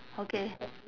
okay